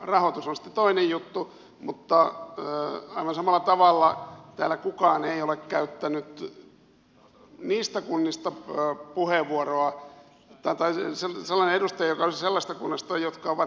rahoitus on sitten toinen juttu mutta aivan samalla täällä ei ole käyttänyt puheenvuoroa sellainen edustaja joka olisi sellaisesta kunnasta joka on nyt voittanut